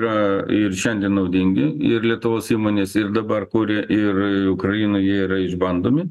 yra ir šiandien naudingi ir lietuvos įmonės ir dabar kuria ir ukrainoj jie yra išbandomi